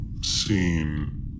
scene